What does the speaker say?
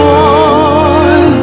on